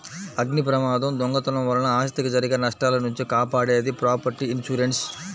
అగ్నిప్రమాదం, దొంగతనం వలన ఆస్తికి జరిగే నష్టాల నుంచి కాపాడేది ప్రాపర్టీ ఇన్సూరెన్స్